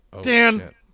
Dan